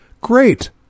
Great